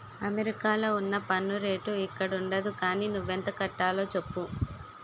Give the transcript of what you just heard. అమెరికాలో ఉన్న పన్ను రేటు ఇక్కడుండదు గానీ నువ్వెంత కట్టాలో చెప్పు